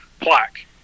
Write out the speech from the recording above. plaque